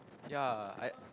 ya I